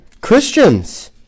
Christians